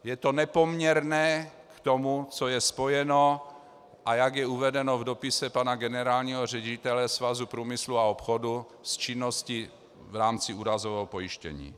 Je to nepoměrné k tomu, co je spojeno a jak je uvedeno v dopise pana generálního ředitele Svazu průmyslu a obchodu s činností v rámci úrazového pojištění.